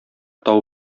тау